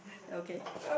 okay